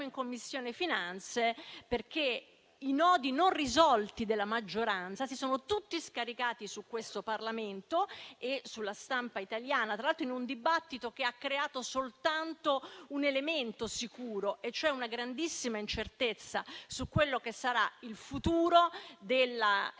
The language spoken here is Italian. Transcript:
in Commissione finanze, perché i nodi non risolti della maggioranza si sono tutti scaricati su questo Parlamento e sulla stampa italiana, tra l'altro in un dibattito che ha creato soltanto un elemento sicuro: una grandissima incertezza su quello che sarà il futuro della grande